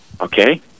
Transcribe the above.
Okay